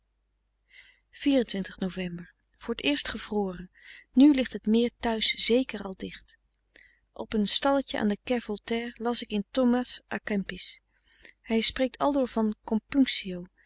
nov voor t eerst gevroren nu ligt het meer thuis zeker al dicht op een stalletje aan de quai voltaire las ik in thomas a kempis hij spreekt aldoor van